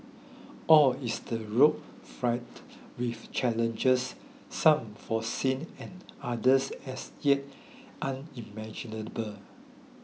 or is the road fraught with challenges some foreseen and others as yet unimaginable